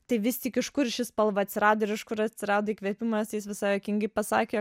tai vis tik iš kur ši spalva atsirado ir iš kur atsirado įkvėpimas jis visai juokingai pasakė